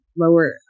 lower